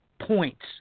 points